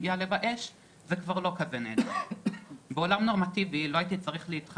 יש לנו במשרד להגנת הסביבה יחידת רחפנים שרוצים להרחיב